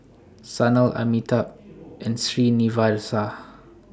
Sanal Amitabh and Srinivasa